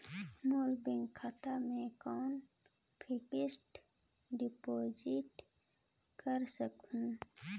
मोर bank खाता मे कौन फिक्स्ड डिपॉजिट कर सकहुं?